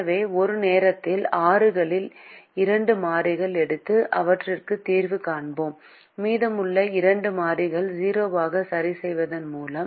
எனவே ஒரு நேரத்தில் ஆறுகளில் இரண்டு மாறிகள் எடுத்து அவற்றுக்கு தீர்வு காண்போம் மீதமுள்ள இரண்டு மாறிகளை 0 ஆக சரிசெய்வதன் மூலம்